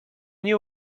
nie